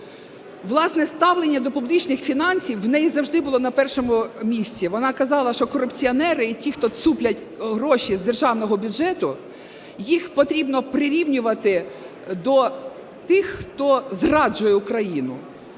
Власне, ставлення до публічних фінансів в неї завжди було на першому місці. Вона казала, що корупціонери і ті, хто цуплять гроші з державного бюджету, їх потрібно прирівнювати до тих, хто зраджує Україну.